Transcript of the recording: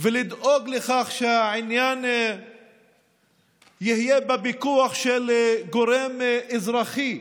ולדאוג לכך שהעניין יהיה בפיקוח של גורם אזרחי,